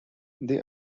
they